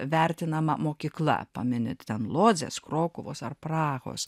vertinama mokykla pameni ten lodzės krokuvos ar prahos